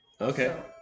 Okay